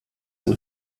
ein